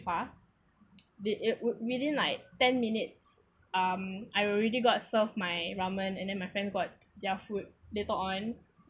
fast the it would within like ten minutes um I already got served my ramen and then my friend got their food later on